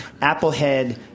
Applehead